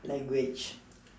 like which